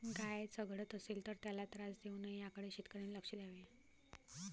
गाय चघळत असेल तर त्याला त्रास देऊ नये याकडे शेतकऱ्यांनी लक्ष द्यावे